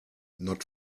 not